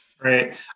Right